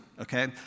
okay